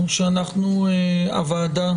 שהוועדה